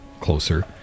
closer